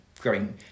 growing